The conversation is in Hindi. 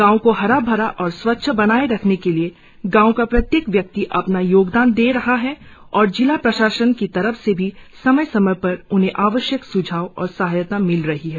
गांव को हरा भरा और स्वच्छ बनाए रखने के लिए गांव का प्रत्येक व्यक्ति अपना योगदान दे रहा है और जिला प्रशासन की तरफ से भी समय समय पर उन्हें आवश्यक स्झाव और सहायता मिल रही है